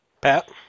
Pat